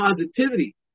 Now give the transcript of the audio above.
positivity